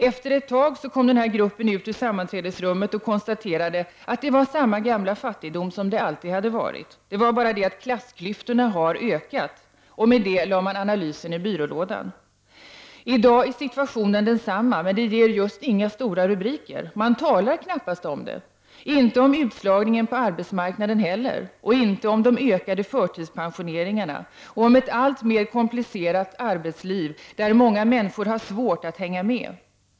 Efter ett tag kom den här gruppen ut ur sammanträdesrummet och konstaterade att det var samma gamla fattigdom som det alltid hade varit. Skillnaden var bara att klassklyftorna hade ökat. Med detta konstaterande lades analysen i byrålådan. I dag är situationen densamma, men den ger inte några stora rubriker. Man talar knappast om den. Man talar inte heller om utslagningen på arbetsmarknaden, om de ökade förtidspensioneringarna och om ett alltmer komplicerat arbetsliv, där många människor har svårt att hänga med.